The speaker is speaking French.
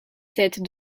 sept